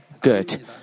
Good